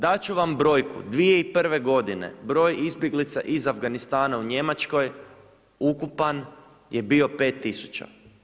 Dat ću vam brojku, 2001. godine broj izbjeglica iz Afganistana u Njemačkoj, ukupan je bio 5000.